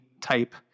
type